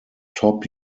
top